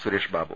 Suresh Babu